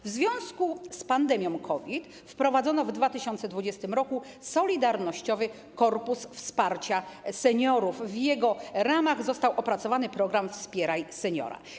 W związku z pandemią COVID wprowadzono w 2020 r. ˝Solidarnościowy korpus wsparcia seniorów˝, w jego ramach został opracowany program ˝Wspieraj seniora˝